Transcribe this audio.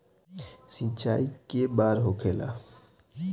सिंचाई के बार होखेला?